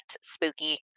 Spooky